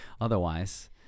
otherwise